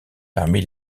parmi